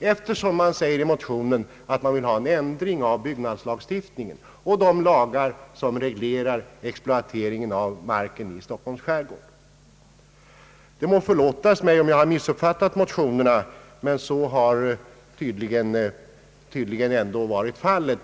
eftersom det sägs i motionen att man vill ha en ändring av byggnadslagstiftningen och de lagar som reglerar exploateringen av marken i Stockholms skärgård. Det må förlåtas mig om jag har missuppfattat motionerna, men så har tydligen ändå varit fallet.